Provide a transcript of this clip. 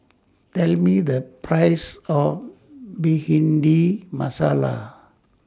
Tell Me The priceS of Bhindi Masala